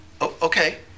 Okay